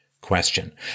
question